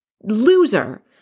loser